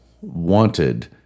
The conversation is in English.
wanted